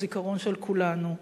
הוא זיכרון של כולנו.